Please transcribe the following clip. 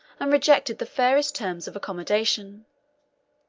and rejected the fairest terms of accommodation.